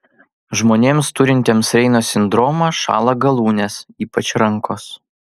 žmonėms turintiems reino sindromą šąla galūnės ypač rankos